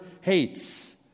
hates